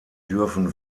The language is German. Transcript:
dürfen